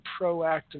proactive